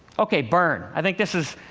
ok, burn i think this is,